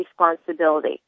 responsibility